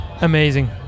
amazing